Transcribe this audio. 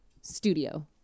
studio